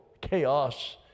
chaos